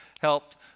helped